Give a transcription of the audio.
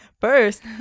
First